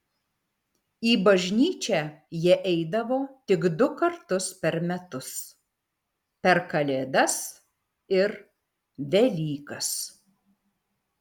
į bažnyčią jie eidavo tik du kartus per metus per kalėdas ir velykas